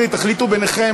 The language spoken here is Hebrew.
תחליטו ביניכן,